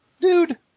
dude